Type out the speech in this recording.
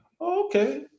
Okay